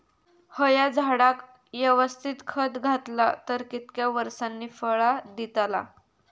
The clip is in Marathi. हया झाडाक यवस्तित खत घातला तर कितक्या वरसांनी फळा दीताला?